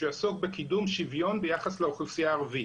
שהוא יעסוק בקידום שוויון ביחס לאוכלוסייה הערבית.